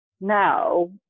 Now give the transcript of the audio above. now